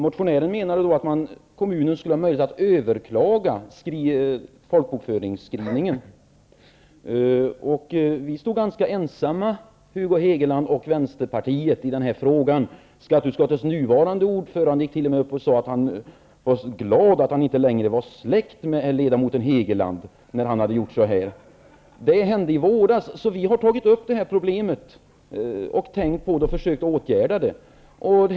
Motionären menade att kommunen skulle ha rätt att överklaga folkbokföringsskrivningen. Hugo Hegeland och Vänsterpartiet stod ganska ensamma i den här frågan. Skatteutskottets nuvarande ordförande gick t.o.m. upp och sade att han var glad att han inte längre var släkt med ledamoten Hegeland som hade gjort så här. Det hände i våras. Vi har tagit upp problemet, tänkt på det och försökt åtgärda det.